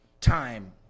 time